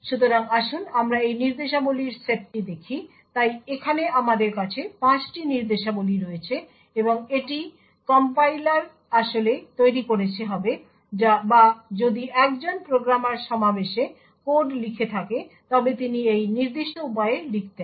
সুতরাং আসুন আমরা এই নির্দেশাবলীর সেটটি দেখি তাই এখানে আমাদের কাছে 5টি নির্দেশাবলী রয়েছে এবং এটিই কম্পাইলার আসলে তৈরি করেছে হবে বা যদি একজন প্রোগ্রামার সমাবেশে কোড লিখে থাকে তবে তিনি এই নির্দিষ্ট উপায়ে লিখতেন